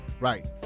Right